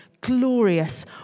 glorious